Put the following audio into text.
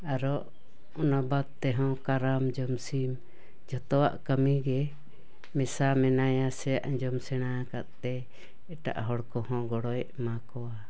ᱟᱨᱚ ᱚᱱᱟ ᱵᱟᱫᱽ ᱛᱮᱦᱚᱸ ᱠᱟᱨᱟᱢ ᱡᱚᱢᱥᱤᱢ ᱡᱚᱛᱚᱣᱟᱜ ᱠᱟᱹᱢᱤᱜᱮ ᱢᱮᱥᱟ ᱢᱮᱱᱟᱭᱟ ᱥᱮ ᱟᱸᱡᱚᱢ ᱥᱮᱬᱟ ᱟᱠᱟᱫ ᱛᱮ ᱮᱴᱟᱜ ᱦᱚᱲ ᱠᱚᱦᱚᱸ ᱜᱚᱲᱚᱭ ᱮᱢᱟᱠᱚᱣᱟ